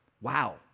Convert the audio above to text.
Wow